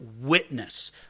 witness